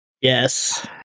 Yes